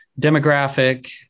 demographic